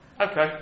Okay